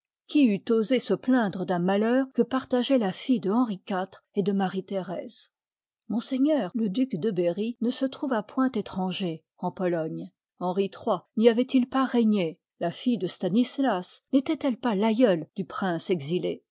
qui eût ose se plaindre d'un malheur que partage oit la fille de henri iv et de maiiethérèse ms le duc de berry ne se trouva point étranger en pologne henri iii n'y avoit-il pas régné la fille de stanislas nétoit elle pas l'aïeule du prince exilé